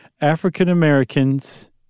African-Americans